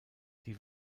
die